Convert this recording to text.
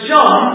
John